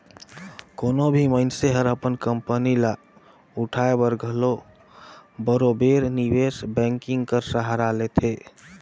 कोनो भी मइनसे हर अपन कंपनी ल उठाए बर घलो बरोबेर निवेस बैंकिंग कर सहारा लेथे